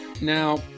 Now